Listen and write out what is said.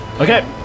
Okay